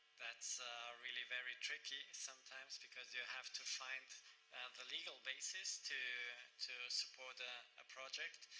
that's really very tricky sometimes because you have to find the legal basis to to support a ah project.